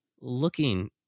looking